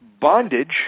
bondage